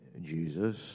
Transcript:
Jesus